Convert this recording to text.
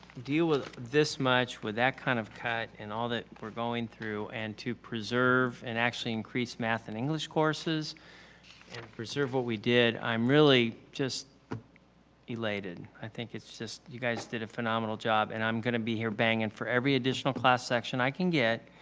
deal with this much with that kind of cut and all that we're going through and to preserve and actually increase math and english courses and preserve what we did. i'm really just elated. i think it's just you guys did a phenomenal job and i'm gonna be here banging for every additional class section i can get.